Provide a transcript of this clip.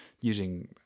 using